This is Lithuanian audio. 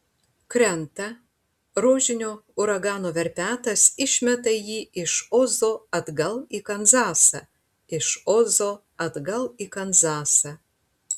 krenta rožinio uragano verpetas išmeta jį iš ozo atgal į kanzasą iš ozo atgal į kanzasą